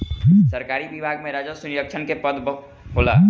सरकारी विभाग में राजस्व निरीक्षक के पद होला